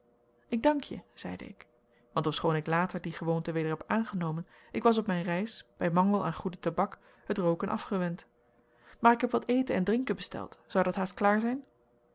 ik dank je zeide ik want ofschoon ik later die gewoonte weder heb aangenomen ik was op mijn reis bij mangel aan goeden tabak het rooken afgewend maar ik heb wat eten en drinken besteld zou dat haast klaar zijn